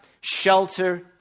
shelter